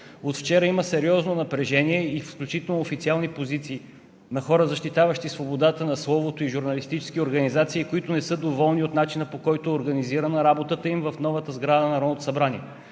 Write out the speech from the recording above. От вчера има сериозно напрежение, включително официални позиции на хора, защитаващи свободата на словото, и журналистически организации, които не са доволни от начина, по който е организирана работата им в новата сграда на Народното събрание.